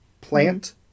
plant